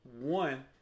one